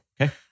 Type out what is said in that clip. Okay